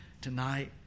tonight